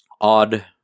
odd